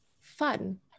fun